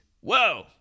Whoa